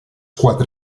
quatre